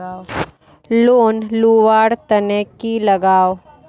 Loan लुवा र तने की लगाव?